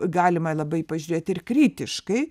galima labai pažiūrėt ir kritiškai